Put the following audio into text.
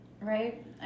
Right